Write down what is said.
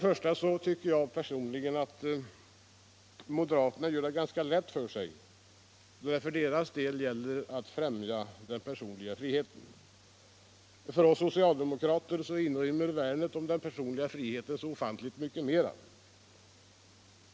Jag tycker personligen att moderaterna gör det ganska lätt för sig då det för deras del gäller att främja den personliga friheten. För oss socialdemokrater inrymmer värnet om den personliga friheten så mycket mer.